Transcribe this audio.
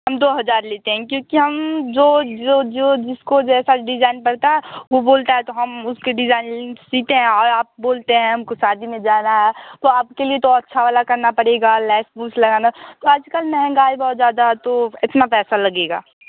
हम दो हजार लेते हैं क्योंकि हम जो जो जो जिसको जैसा डिजाईन पड़ता है वो बोलता है तो हम उसके डिजाईन सिलते हैं और आप बोलते हैं हमको शादी में जाना है तो आपके लिए तो अच्छा वाला करना पड़ेगा लैस उस लगाना तो आजकल महँगाई बहुत ज़्यादा है तो इतना पैसा लगेगा